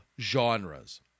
genres